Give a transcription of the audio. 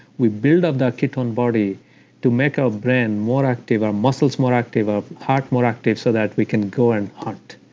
we build up that ketone body to make our brain more active, our muscles more active, our heart more active so that we can go and hunt,